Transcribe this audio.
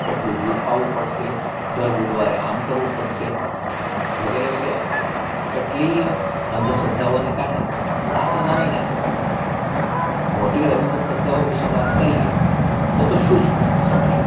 એટલું દૂધ પાવું પડસે દર બુધવારે આમ કરવું પડશે વગેર વગેરે કેટલીય અંધશ્રદ્ધાઓને કારણે પણ આ તો નાની નાની વાતો મોટી અંધશ્રદ્ધાઓ વિશે વાત કરીએ તો તો શું જ સમજવું